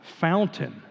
fountain